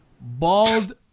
bald